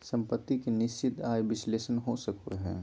सम्पत्ति के निश्चित आय विश्लेषण हो सको हय